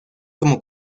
como